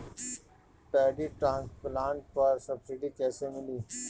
Paddy transplanter पर subsidy कैसे मिली?